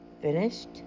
Finished